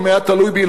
אם היה תלוי בי,